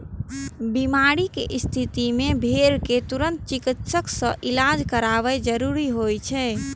बीमारी के स्थिति मे भेड़ कें तुरंत चिकित्सक सं इलाज करायब जरूरी होइ छै